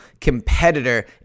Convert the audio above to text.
competitor